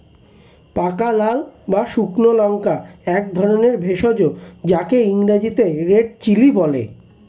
পাকা লাল বা শুকনো লঙ্কা একধরনের ভেষজ যাকে ইংরেজিতে রেড চিলি বলে